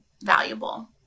valuable